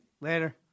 Later